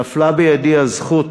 נפלה בידי הזכות